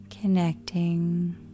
connecting